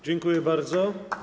Dziękuję bardzo.